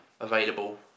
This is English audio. available